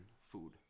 food